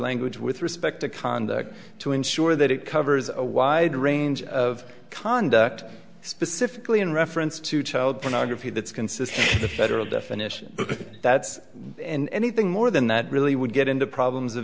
language with respect to conduct to ensure that it covers a wide range of conduct specifically in reference to child pornography that's consistent the federal definition that's in anything more than that really would get into problems of